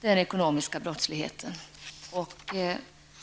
den ekonomiska brottsligheten.